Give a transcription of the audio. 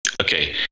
okay